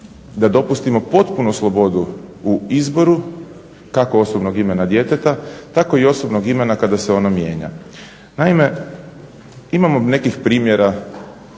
da dopustimo potpunu slobodu u izboru kako osobnog imena djeteta tako i osobnog imena kada se ono mijenja. Naime, imamo nekih primjera